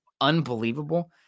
Unbelievable